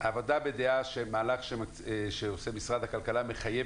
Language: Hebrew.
הוועדה בדעה שהמהלך שעושה משרד הכלכלה מחייב